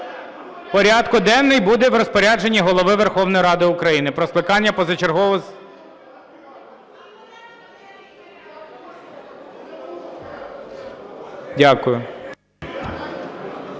Порядок денний буде в розпорядженні Голови Верховної Ради України